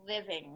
living